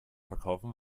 verkaufen